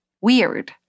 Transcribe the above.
weird